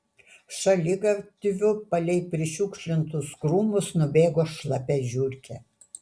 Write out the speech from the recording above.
šaligatviu palei prišiukšlintus krūmus nubėgo šlapia žiurkė